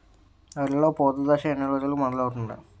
వరిలో పూత దశ ఎన్ని రోజులకు మొదలవుతుంది?